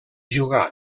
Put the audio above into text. jugà